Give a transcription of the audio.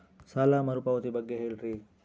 ಸಾಲ ಮರುಪಾವತಿ ಬಗ್ಗೆ ಹೇಳ್ರಿ?